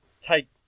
take